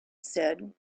said